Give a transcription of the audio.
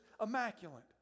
immaculate